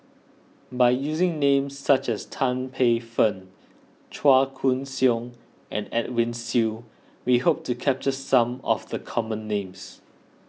by using names such as Tan Paey Fern Chua Koon Siong and Edwin Siew we hope to capture some of the common names